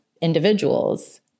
individuals